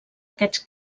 aquests